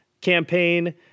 campaign